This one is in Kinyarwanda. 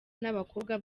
n’abakobwa